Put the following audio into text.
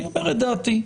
אני אומר את דעתי.